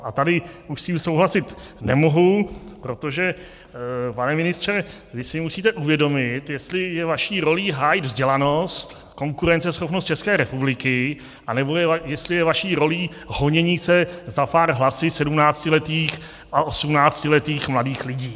A tady už s tím souhlasit nemohu, protože pane ministře, vy si musíte uvědomit, jestli je vaší rolí hájit vzdělanost, konkurenceschopnost České republiky, anebo jestli je vaší rolí honění se za pár hlasy sedmnáctiletých a osmnáctiletých mladých lidí.